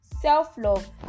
self-love